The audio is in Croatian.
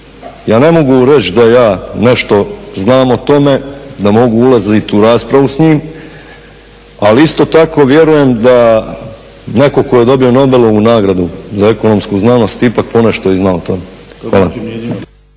Ja ne mogu reći da ja nešto znam o tome, da mogu ulaziti u raspravu s njim, ali isto tako vjerujem da netko tko je dobio Nobelovu nagradu za ekonomsku znanosti ipak ponešto i zna o tome.